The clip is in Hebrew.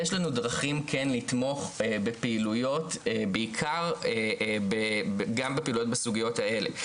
יש לנו כן דרכים לתמוך בפעילויות בעיקר גם בפעילויות בסוגיות האלה.